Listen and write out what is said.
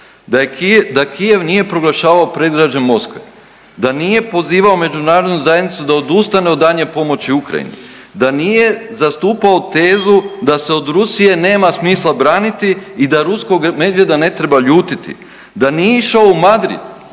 da Kijev nije proglašavao predgrađe Moskve, da nije pozivao Međunarodnu zajednicu da odustane od daljnje pomoći Ukrajini. Da nije zastupao tezu da se od Rusije nema smisla braniti i da ruskog medvjeda ne treba ljutiti. Da nije išao u Madrid